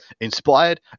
Inspired